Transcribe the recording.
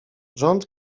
rząd